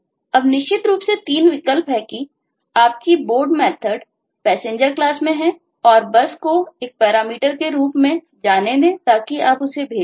अब निश्चित रूप से 3 विकल्प है कि आपकी Board मेथर्ड Passenger क्लास में हैं और Bus को एक पैरामीटर के रूप में जाने दें ताकि आप उसे भेज सकें